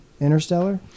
Interstellar